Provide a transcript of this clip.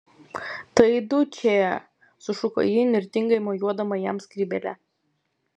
tai dučė sušuko ji įnirtingai mojuodama jam skrybėle